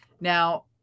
Now